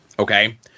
Okay